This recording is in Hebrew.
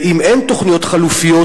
3. אם אין תוכניות חלופיות,